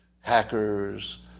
hackers